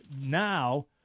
now